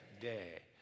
day